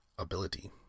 Ability